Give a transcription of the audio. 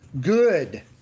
good